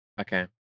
Okay